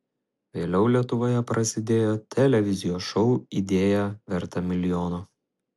vėliau lietuvoje prasidėjo televizijos šou idėja verta milijono